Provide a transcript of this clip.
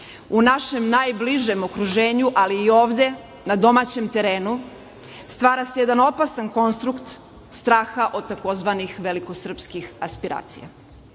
U našem najbližem okruženju, ali i ovde na domaćem terenu stvara se jedan opasan konstrukt straha od tzv. velikosrpskih aspiracija. Neumorno